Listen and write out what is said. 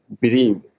believe